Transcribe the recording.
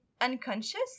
unconscious